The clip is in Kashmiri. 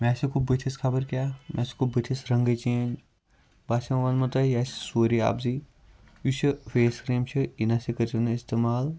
مےٚ ہَسا گوٚو بٕتھِس خَبَر کیاہ مےٚ ہَسا گوٚو بٕتھِس رَنٛگٕے چینٛج سورُے اَپزٕے یُس یہِ فیس کریٖم چھِ یہِ نَسا کٔرزیٚو نہٕ اِستعمال